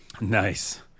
Nice